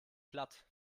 platt